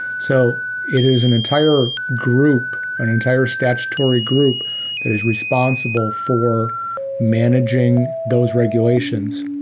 so it is an entire group, an entire statutory group that is responsible for managing those regulations.